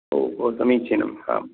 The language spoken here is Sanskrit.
ओ हो समीचिनं आं